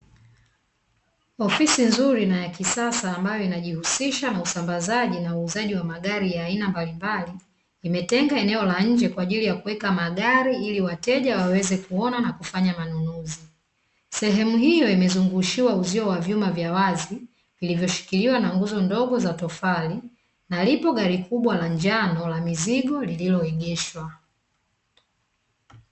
Ofisi nzuri na ya kisasa inayo jihusisha usambazaji na uuzaji wa magari ya aina mbalimbali, imetenga eneo la nje kwajili ya kuweka magari hili wateja waweze kuona na kufanya manunuzi. Sehemu hiyo imezungushiwa uzio wa vyuma vya wazi vilivyo shikiliwa na nguzo ndogo za tofali na lipo gari kubwala njano la mizigo lililoegeshwa.